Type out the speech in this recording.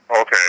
Okay